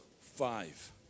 five